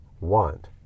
want